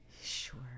Sure